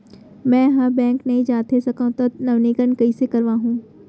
मैं ह बैंक नई जाथे सकंव त नवीनीकरण कइसे करवाहू?